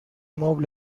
مبل